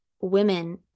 women